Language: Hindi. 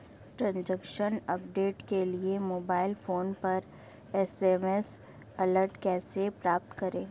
ट्रैन्ज़ैक्शन अपडेट के लिए मोबाइल फोन पर एस.एम.एस अलर्ट कैसे प्राप्त करें?